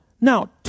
Now